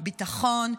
"ביטחון",